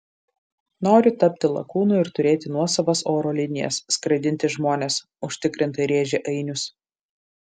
noriu tapti lakūnu ir turėti nuosavas oro linijas skraidinti žmones užtikrintai rėžė ainius